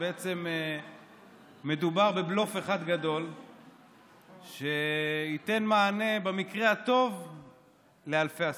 שבעצם מדובר בבלוף אחד גדול שייתן מענה במקרה הטוב לאלפי עסקים.